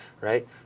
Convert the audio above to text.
right